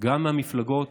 גם מהמפלגות